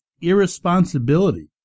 irresponsibility